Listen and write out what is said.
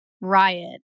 riot